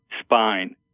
spine